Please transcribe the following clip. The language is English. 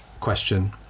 question